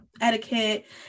etiquette